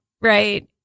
right